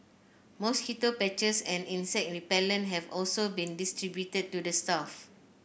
mosquito patches and insect repellent have also been distributed to the staff